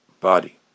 body